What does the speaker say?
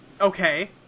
Okay